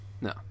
No